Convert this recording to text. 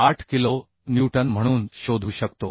18 kilonewton म्हणून शोधू शकतो